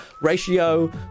Ratio